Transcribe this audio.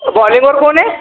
बॉलिंगवर कोण आहे